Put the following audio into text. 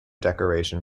decoration